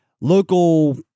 local